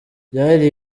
byari